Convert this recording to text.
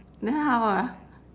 then how ah